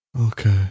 Okay